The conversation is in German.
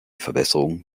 verbesserung